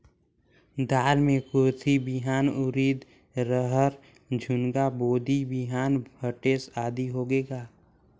दाल मे कुरथी बिहान, उरीद, रहर, झुनगा, बोदी बिहान भटेस आदि होगे का?